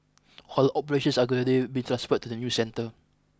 whole operations are gradually being transferred to the new centre